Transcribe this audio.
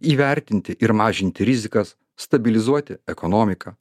įvertinti ir mažinti rizikas stabilizuoti ekonomiką